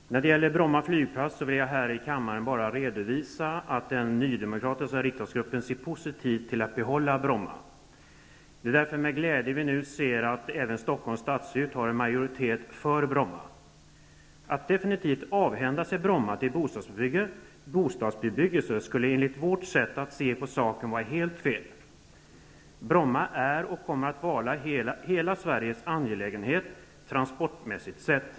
Fru talman! När det gäller Bromma flygplats vill jag här i kammaren bara redovisa att den nydemokratiska riksdagsgruppen ser positivt på att behålla Bromma. Det är därför med glädje vi nu ser att även Stockholms stadshus har en majoritet för Att definitivt avhända sig Bromma flygplats till bostadsbebyggelse skulle enligt vårt sätt att se på saken vara helt fel. Bromma är och kommer att vara hela Sveriges angelägenhet transportmässigt sett.